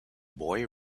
boy